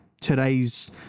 today's